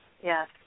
yes